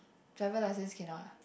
driver license cannot ah